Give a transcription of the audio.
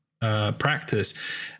practice